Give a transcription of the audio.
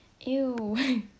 Ew